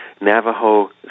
Navajo